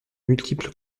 multiples